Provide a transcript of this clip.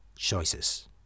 Choices